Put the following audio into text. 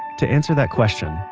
to answer that question,